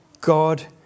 God